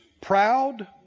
proud